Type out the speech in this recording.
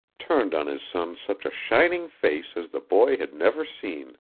turned on his son such a shining face as the boy had never seen.